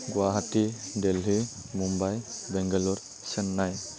Guwahati Delhi Mumbai Bangalore Chennai